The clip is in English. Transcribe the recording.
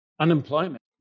Unemployment